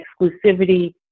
exclusivity